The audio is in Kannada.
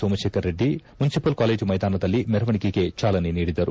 ಸೋಮಶೇಖರ ರೆಡ್ಡಿ ಮುನ್ಲಿಪಾಲ್ ಕಾಲೇಜು ಮೈದಾನದಲ್ಲಿ ಮೆರವಣಿಗೆಗೆ ಚಾಲನೆ ನೀಡಿದರು